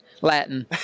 Latin